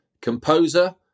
composer